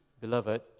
beloved